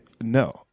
no